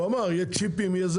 הוא אמר שיהיו צ'יפים וכו',